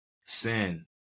sin